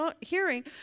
hearing